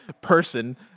person